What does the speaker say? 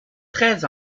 treize